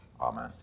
Amen